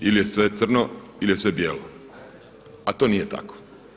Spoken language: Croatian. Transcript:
Ili je sve crno ili je sve bijelo, a to nije tako.